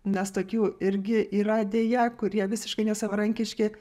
nes tokių irgi yra deja kurie visiškai nesavarankiški